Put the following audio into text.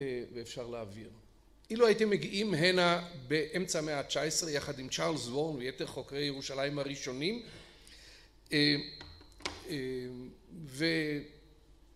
ואפשר להעביר. אילו הייתי מגיעים הנה באמצע המאה התשע עשרה יחד עם צ'ארלס וורן ויתר חוקרי ירושלים הראשונים ו